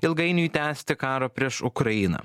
ilgainiui tęsti karo prieš ukrainą